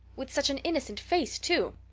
with such an innocent face, too!